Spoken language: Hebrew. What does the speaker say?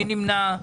מי נמנע?